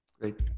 Great